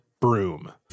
broom